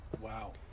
Wow